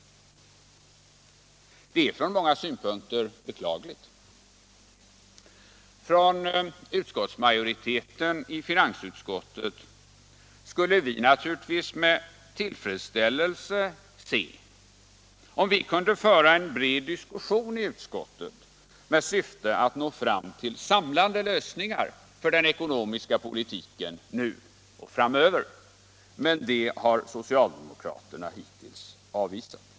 Det är från många synpunkter beklagligt. Från utskottsmajoriteten i finansutskottet skulle vi naturligtvis med tillfredsställelse se att vi kunde föra en bred diskussion i utskottet med syfte att nå fram till samlande lösningar för den ekonomiska politiken nu och framöver, men det har socialdemokraterna hittills avvisat.